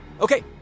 Okay